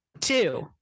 Two